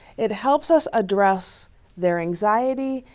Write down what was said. it helps us address their anxiety,